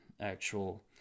actual